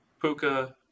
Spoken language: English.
Puka